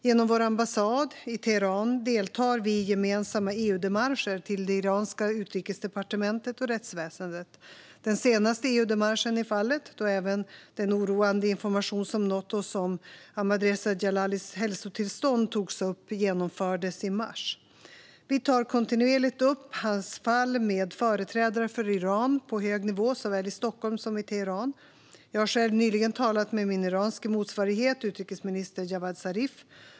Genom vår ambassad i Teheran deltar vi i gemensamma EU-démarcher till det iranska utrikesdepartementet och rättsväsendet. Den senaste EU-démarchen i fallet, då även den oroande information som nått oss om Ahmadreza Djalalis hälsotillstånd togs upp, genomfördes i mars. Vi tar kontinuerligt upp hans fall med företrädare för Iran på hög nivå, såväl i Stockholm som i Teheran. Jag har själv nyligen talat med min iranske motsvarighet, utrikesminister Javad Zarif.